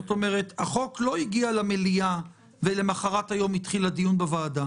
החוק לא הגיע למליאה ולמוחרת היום התחיל הדיון בוועדה.